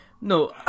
No